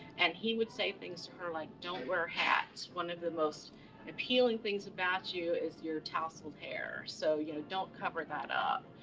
and he would say things like don't wear hats. one of the most appealing things about you is your tousled hair. so you know don't cover that up.